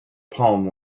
palm